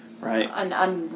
right